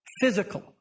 Physical